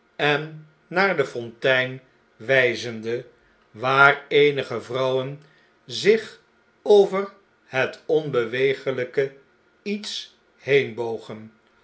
en naar de fontein wjjzende waar eenige vrouwen zich over het onbeweeglyke iets